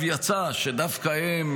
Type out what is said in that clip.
יצא שדווקא הם,